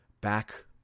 back